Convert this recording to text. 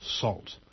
salt